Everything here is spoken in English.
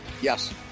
Yes